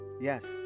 yes